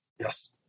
Yes